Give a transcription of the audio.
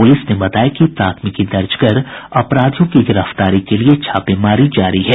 प्रलिस ने बताया कि प्राथमिकी दर्ज कर अपराधियों की गिरफ्तारी के लिए छापेमारी जारी है